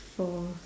for